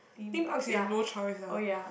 theme parks you have no choice ah